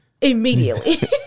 immediately